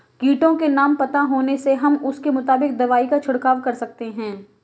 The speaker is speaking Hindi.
कीटों के नाम पता होने से हम उसके मुताबिक दवाई का छिड़काव कर सकते हैं